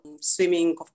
swimming